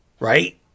Right